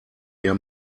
ihr